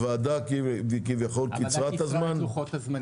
הוועדה קיצרה את הזמן?